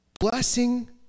blessing